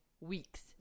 weeks